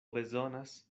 bezonas